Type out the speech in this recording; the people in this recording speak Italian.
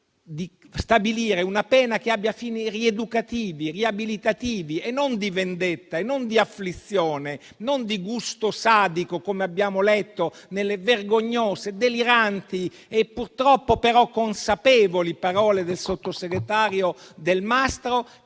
di stabilire una pena che abbia fini rieducativi e riabilitativi, non di vendetta, non di afflizione, non di gusto sadico, come abbiamo letto nelle vergognose, deliranti, ma purtroppo consapevoli parole del sottosegretario Delmastro